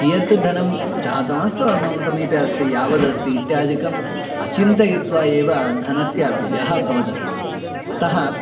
कियत् धनं जातम् अस्तु मम समीपे अस्ति यावदस्ति इत्यादिकम् अचिन्तयित्वा एव धनस्य व्ययः भवदस्ति अतः